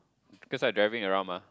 because I driving around mah